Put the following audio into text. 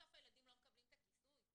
כשבסוף הילדים לא מקבלים את הכיסוי?